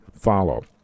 follow